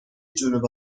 جنوب